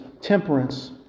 temperance